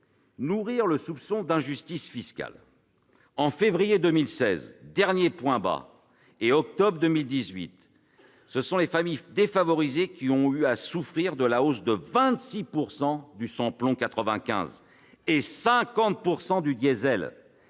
nourrir le soupçon d'injustice fiscale. Entre février 2016- dernier point bas -et octobre 2018, ce sont les familles défavorisées qui ont eu à souffrir de la hausse de 26 % de l'essence sans plomb 95 et de 50 % du diesel.